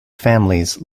families